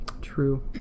True